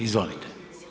Izvolite.